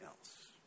else